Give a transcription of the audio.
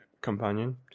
companion